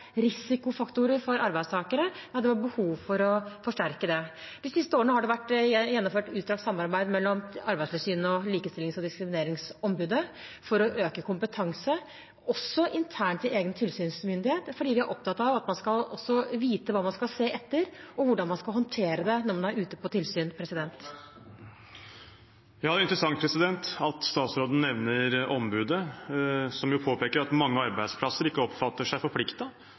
risikofaktorer for arbeidstakere. De siste årene har det vært gjennomført et utstrakt samarbeid mellom Arbeidstilsynet og Likestillings- og diskrimineringsombudet for å øke kompetansen også internt i egen tilsynsmyndighet, fordi vi er opptatt av at man skal vite hva man skal se etter, og hvordan man skal håndtere det når man er ute på tilsyn. Det er interessant at statsråden nevner ombudet, som jo påpeker at mange arbeidsplasser ikke oppfatter seg